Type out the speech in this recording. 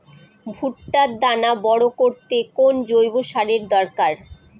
ভুট্টার দানা বড় করতে কোন জৈব সারের দরকার?